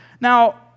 Now